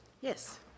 Yes